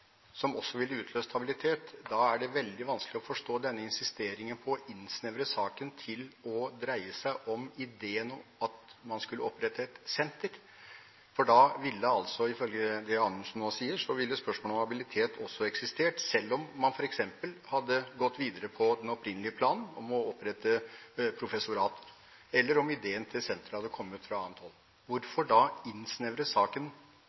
som også ville utløst habilitet, er det veldig vanskelig å forstå denne insisteringen på å innsnevre saken til å dreie seg om ideen om at man skulle opprette et senter, for da ville altså, ifølge det Anundsen nå sier, spørsmålet om habilitet også eksistert, selv om man f.eks. hadde gått videre med den opprinnelige planen om å opprette professorat – eller om ideen til senteret hadde kommet fra annet hold. Hvorfor da innsnevre saken,